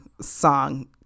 song